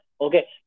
okay